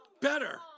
Better